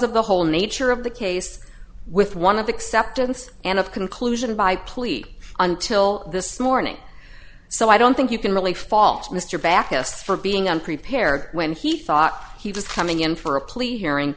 of the whole nature of the case with one of the acceptance and of conclusion by pleat until this morning so i don't think you can really fault mr backus for being unprepared when he thought he was coming in for a plea hearing